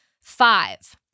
Five